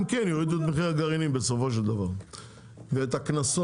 אלא אם כן יורידו את מחיר הגרעינים בסופו של דבר ואת הקנסות.